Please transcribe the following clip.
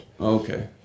okay